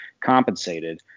compensated